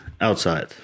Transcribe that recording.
outside